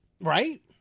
Right